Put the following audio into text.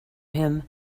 him